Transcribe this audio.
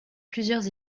plusieurs